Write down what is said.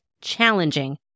challenging